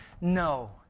no